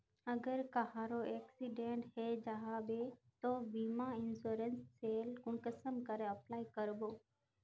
अगर कहारो एक्सीडेंट है जाहा बे तो बीमा इंश्योरेंस सेल कुंसम करे अप्लाई कर बो?